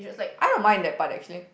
I don't mind that part actually